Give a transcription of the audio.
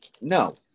no